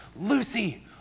Lucy